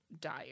dire